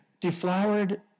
deflowered